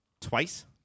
twice